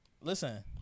Listen